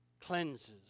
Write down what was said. cleanses